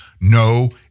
No